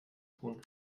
tun